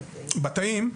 בתאים,